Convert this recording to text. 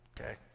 okay